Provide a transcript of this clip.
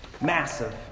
massive